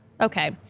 Okay